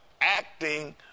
acting